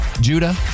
Judah